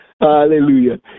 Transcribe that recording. Hallelujah